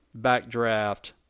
Backdraft